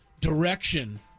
direction